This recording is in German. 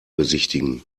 besichtigen